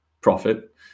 profit